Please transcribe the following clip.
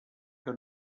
que